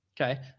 okay